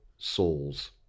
Souls